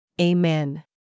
Amen